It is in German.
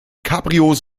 cabrios